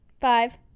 five